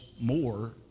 more